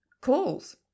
calls